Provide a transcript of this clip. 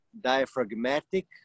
diaphragmatic